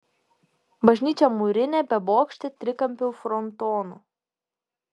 bažnyčia mūrinė bebokštė trikampiu frontonu